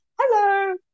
Hello